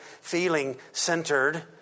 feeling-centered